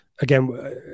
Again